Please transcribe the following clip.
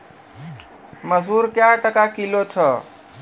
मसूर क्या टका किलो छ?